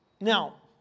Now